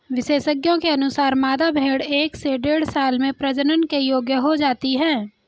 विशेषज्ञों के अनुसार, मादा भेंड़ एक से डेढ़ साल में प्रजनन के योग्य हो जाती है